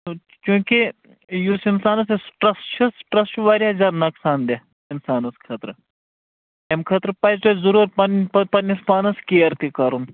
چوٗنکہِ یُس اِنسانس یَس سِٹرٛس چھُ سِٹرٛس چھُ واریاہ زیادٕ نۄقصان دہ اِنسانس خٲطرٕ اَمہِ خٲطرٕ پَزِ تۄہہِ ضٔروٗر پَنٕنۍ پہ پنٛنِس پانس کِیَر تہِ کَرُن